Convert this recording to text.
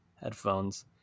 headphones